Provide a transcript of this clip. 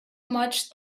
much